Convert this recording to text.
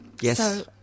Yes